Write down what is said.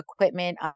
equipment